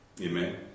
Amen